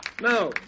Now